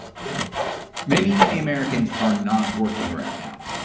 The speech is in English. baker tells and many, many americans are not working right now.